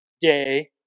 Day